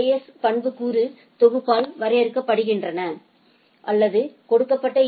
S பண்புக்கூறு தொகுப்பால் வரையறுக்கப்படுகின்றன அல்லது கொடுக்கப்பட்ட ஏ